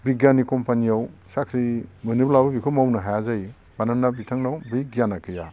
बिगियाननि कम्पानियाव साख्रि मोनोब्लाबो बेखौ मावनो हाया जायो मानोना बिथांनाव बे गियाना गैया